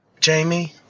Jamie